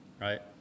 right